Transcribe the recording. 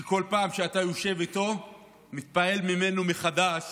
שכל פעם שאתה יושב איתו אתה מתפעל ממנו מחדש